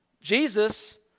Jesus